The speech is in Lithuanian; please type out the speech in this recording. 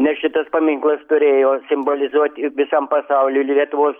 nes šitas paminklas turėjo simbolizuoti visam pasauliui lietuvos